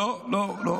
לא, לא, לא.